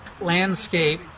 landscape